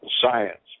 science